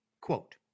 Quote